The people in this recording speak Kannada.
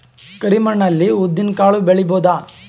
ಕರಿ ಮಣ್ಣ ಅಲ್ಲಿ ಉದ್ದಿನ್ ಕಾಳು ಬೆಳಿಬೋದ?